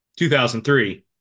2003